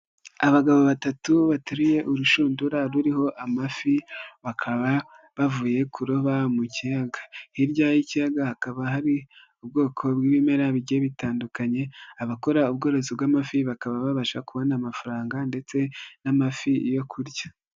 Abagabo batatu bateruriye urushundura ruriho amafi bakaba bavuye kuroba mu kiyaga, hirya y'ikiyaga hakaba hari ubwoko bw'ibimera bigiye bitandukanye, abakora ubworozi bw'amafi bakaba babasha kubona amafaranga ndetse n'amafi yo kurya.